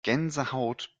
gänsehaut